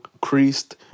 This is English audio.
creased